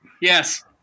Yes